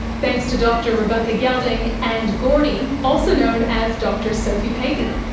thanks to dr rebecca gelding and gordi, also known as dr sophie payten.